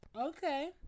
Okay